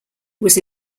was